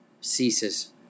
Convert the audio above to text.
ceases